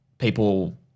People